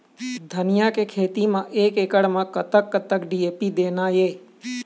धनिया के खेती म एक एकड़ म कतक डी.ए.पी देना ये?